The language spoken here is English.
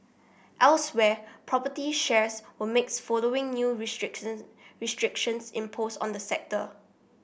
elsewhere property shares were mixed following new restriction restrictions imposed on the sector